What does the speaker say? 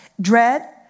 Dread